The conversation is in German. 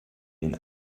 den